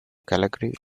calgary